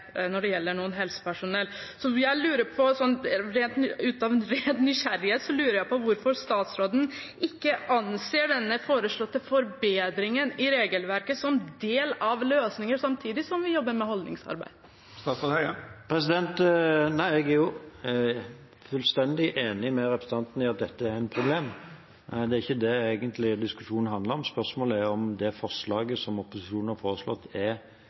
når det er mulig å unngå å registrere når det gjelder noe helsepersonell. Ut av ren nysgjerrighet lurer jeg på hvorfor statsråden ikke anser denne foreslåtte forbedringen i regelverket som en del av løsningen, samtidig som vi jobber med holdningsarbeid. Jeg er fullstendig enig med representanten i at dette er et problem. Det er egentlig ikke det diskusjonen handler om. Spørsmålet er om det forslaget som opposisjonen har kommet med, er